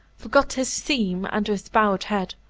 forgot his theme, and with bowed head,